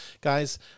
guys